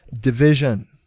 division